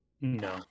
No